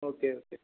okay okay